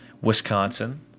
Wisconsin